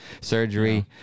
surgery